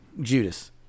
Judas